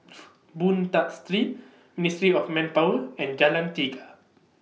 Boon Tat Street Ministry of Manpower and Jalan Tiga